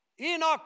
Enoch